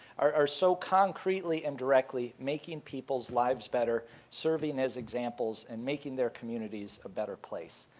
are so concretely and directly making peoples lives better, serving as examples, and making their communities a better place.